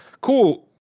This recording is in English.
cool